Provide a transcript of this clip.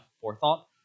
forethought